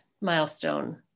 milestone